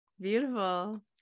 Beautiful